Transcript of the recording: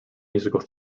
musical